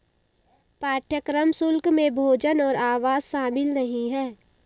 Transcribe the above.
पाठ्यक्रम शुल्क में भोजन और आवास शामिल नहीं है